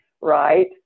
right